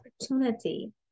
opportunity